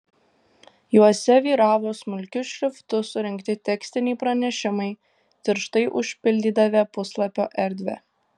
juose vyravo smulkiu šriftu surinkti tekstiniai pranešimai tirštai užpildydavę puslapio erdvę